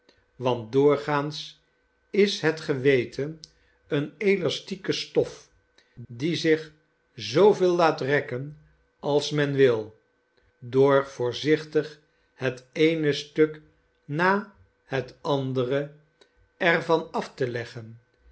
want doorgaans is het geweten eene elastieke stof die zich zooveel laat rekken als men wil door voorzichtig het eene stuk na het andere er van af te leggen